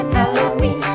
Halloween